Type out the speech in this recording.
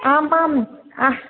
आम् आम्